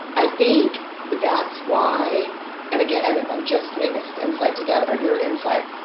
i think that's why and again, i'm just putting this insight together, your insight.